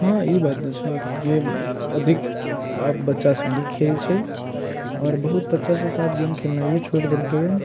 हँ ई बात तऽ छै कि गेम अधिक आब बच्चासभ नहि खेलैत छै आओर बहुत बच्चासभ तऽ आब गेम खेलनाइए छोड़ि देलकैए